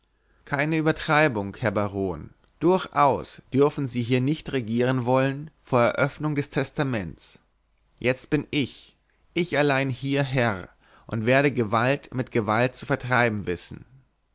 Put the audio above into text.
keine übereilung herr baron durchaus dürfen sie hier nicht regieren wollen vor eröffnung des testaments jetzt bin ich ich allein hier herr und werde gewalt mit gewalt zu vertreiben wissen